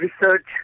research